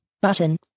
Button